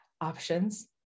options